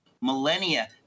millennia